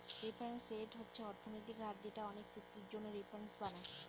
reference rate হচ্ছে অর্থনৈতিক হার যেটা অনেকে চুক্তির জন্য রেফারেন্স বানায়